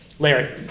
Larry